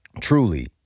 truly